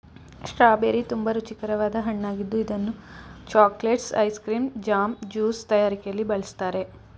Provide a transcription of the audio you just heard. strawberry ತುಂಬಾ ರುಚಿಕರವಾದ ಹಣ್ಣಾಗಿದ್ದು ಇದನ್ನು chocolates, ice cream, jam, juice ತಯಾರಿಕೆಯಲ್ಲಿ ಬಳ್ಸತ್ತರೆ